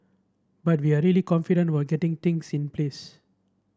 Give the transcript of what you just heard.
but we're really confident were getting things in place